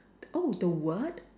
oh the word